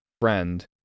friend